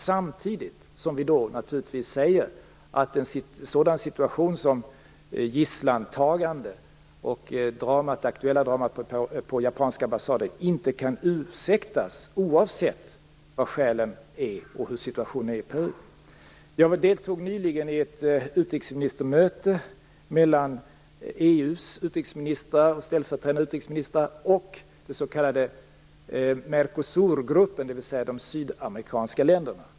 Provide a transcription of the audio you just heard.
Samtidigt säger vi att gisslantagande och det aktuella dramat på den japanska ambassaden inte kan ursäktas oavsett vad skälen är och hur situationen är i Jag deltog nyligen i ett utrikesministermöte mellan EU:s utrikesministrar och ställföreträdande utrikesministrar och den s.k. Mercosurgruppen, dvs. de sydamerikanska länderna.